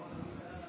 ההסתייגות.